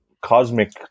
cosmic